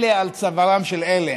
אלה על צווארם של אלה.